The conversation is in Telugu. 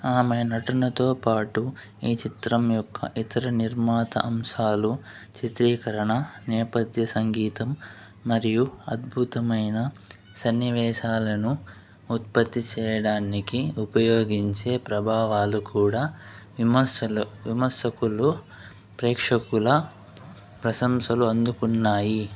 ఆమె నటనతో పాటు ఈ చిత్రం యొక్క ఇతర నిర్మాత అంశాలు చిత్రీకరణ నేపథ్య సంగీతం మరియు అద్భుతమైన సన్నివేశాలను ఉత్పత్తి చేయడానికి ఉపయోగించే ప్రభావాలు కూడా విమర్శలు విమర్శకులు ప్రేక్షకుల ప్రశంసలు అందుకున్నాయి